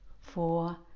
four